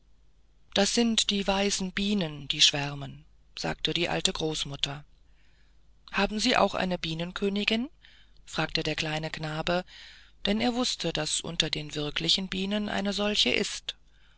das sind die weißen bienen die schwärmen sagte die alte großmutter haben sie auch eine bienenkönigin fragte der kleine knabe denn er wußte daß unter den wirklichen bienen eine solche ist